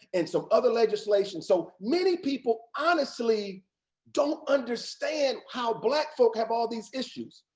and so other legislation. so many people honestly don't understand how black folk have all these issues.